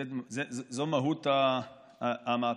זו מהות המהפכה.